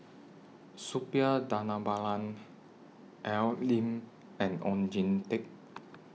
Suppiah Dhanabalan Al Lim and Oon Jin Teik